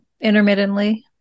intermittently